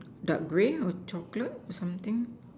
dark grey or chocolate or something